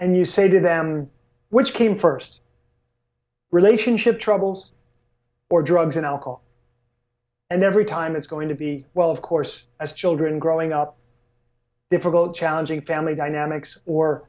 and you say to them which came first relationship troubles or drugs and alcohol and every time it's going to be well of course as children growing up difficult challenging family dynamics or